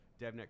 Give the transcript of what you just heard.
DevNet